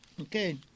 okay